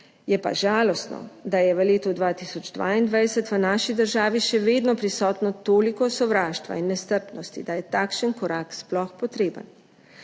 Je pa žalostno, da je v letu 2022 v naši državi še vedno prisotno toliko sovraštva in nestrpnosti, da je takšen korak sploh potreben.